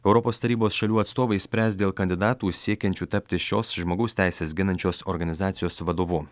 europos tarybos šalių atstovai spręs dėl kandidatų siekiančių tapti šios žmogaus teises ginančios organizacijos vadovu